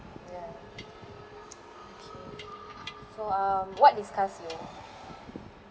ya okay so um what disgusts you